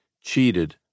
cheated